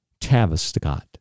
Tavistock